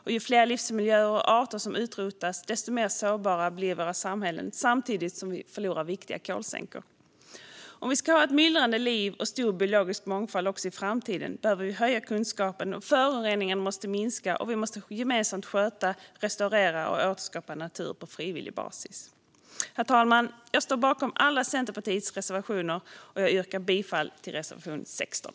Och ju fler livsmiljöer och arter som utrotas, desto mer sårbara blir våra samhällen, samtidigt som vi förlorar viktiga kolsänkor. Om vi ska ha ett myllrande liv och stor biologisk mångfald också i framtiden behöver vi höja kunskapen. Föroreningarna måste minska, och vi måste gemensamt sköta, restaurera och återskapa natur på frivillig basis. Herr talman! Jag står bakom alla Centerpartiets reservationer men yrkar bifall endast till reservation 16.